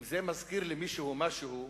אם זה מזכיר למישהו משהו,